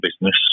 business